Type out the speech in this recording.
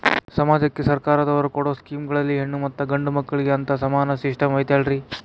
ಸಮಾಜಕ್ಕೆ ಸರ್ಕಾರದವರು ಕೊಡೊ ಸ್ಕೇಮುಗಳಲ್ಲಿ ಹೆಣ್ಣು ಮತ್ತಾ ಗಂಡು ಮಕ್ಕಳಿಗೆ ಅಂತಾ ಸಮಾನ ಸಿಸ್ಟಮ್ ಐತಲ್ರಿ?